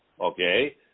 Okay